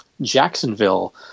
Jacksonville